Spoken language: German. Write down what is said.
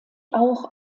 auch